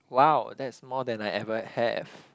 wow that's more than I ever have